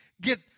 get